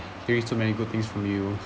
here's too many good things for you